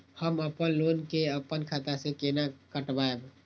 हम अपन लोन के अपन खाता से केना कटायब?